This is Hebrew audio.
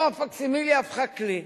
פתאום הפקסימיליה הפכה כלי